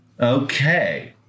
Okay